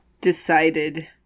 decided